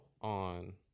on